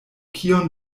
kion